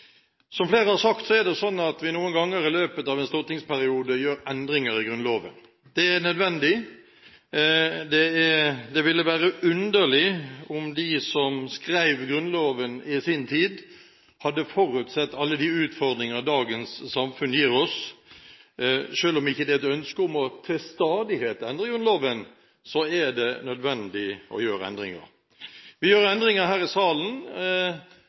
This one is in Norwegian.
ganger i løpet av en stortingsperiode gjør endringer i Grunnloven. Det er nødvendig. Det ville være underlig om de som skrev Grunnloven i sin tid, hadde forutsett alle de utfordringer dagens samfunn gir oss. Selv om det ikke er et ønske om til stadighet å endre Grunnloven, er det nødvendig å gjøre endringer. Vi gjør endringer her i salen,